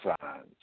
signs